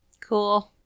cool